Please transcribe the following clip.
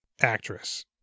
actress